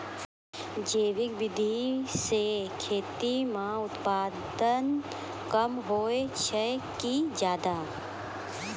जैविक विधि से खेती म उत्पादन कम होय छै कि ज्यादा?